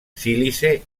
sílice